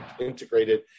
integrated